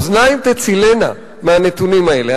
האוזניים, כי האוזניים תצילנה מהנתונים האלה.